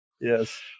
yes